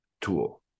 tool